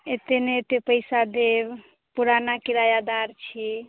एतेक नहि एतेक पइसा देब पुराना किरायादार छी